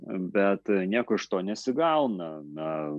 bet nieko iš to nesigauna na